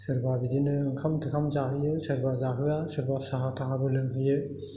सोरबा बिदिनो ओंखाम थोंखाम जाहोयो सोरबा जाहोआ सोरबा साहा थाहाबो लोंहोयो